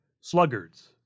sluggards